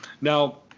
Now